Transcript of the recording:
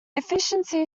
efficiency